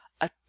A